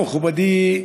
מכובדי,